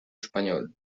español